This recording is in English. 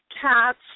cats